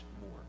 more